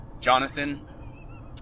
Jonathan